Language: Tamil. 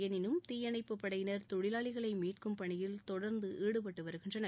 எனினும் தீயணைப்புப் படையினர் தொழிலாளிகளை மீட்கும் பணியில் தொடர்ந்து ஈடுபட்டு வருகின்றனர்